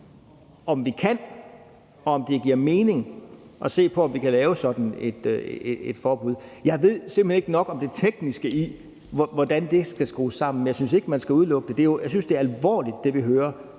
om vi kan, og om det giver mening at se på, om vi kan lave sådan et forbud. Jeg ved simpelt hen ikke nok om det tekniske i, hvordan det skal skrues sammen, men jeg synes ikke, man skal udelukke det. Jeg synes, det, vi hører